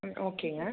ம் ஓகேங்க